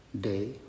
day